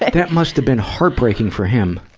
that must have been heartbreaking for him.